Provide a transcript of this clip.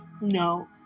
No